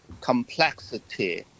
complexity